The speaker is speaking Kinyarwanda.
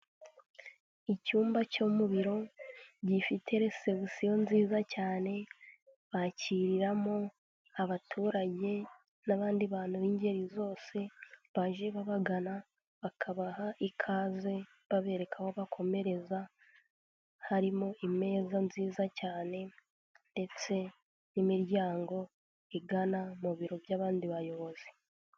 Icyumba cyo mu biro, gifite resebusiyo nziza cyane, bakiriramo abaturage n'abandi bantu b'ingeri zose baje babagana, bakabaha ikaze, babereka aho bakomereza, harimo imeza nziza cyane ndetse n'imiryango igana mu biro by'abandi bayobozi.